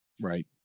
Right